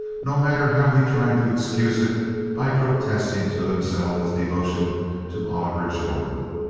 no matter how he tried to excuse it by protesting to himself his devotion to oliver jordan.